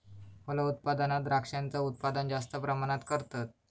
फलोत्पादनात द्रांक्षांचा उत्पादन जास्त प्रमाणात करतत